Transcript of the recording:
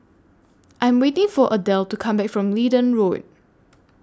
I Am waiting For Adell to Come Back from Leedon Road